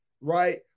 right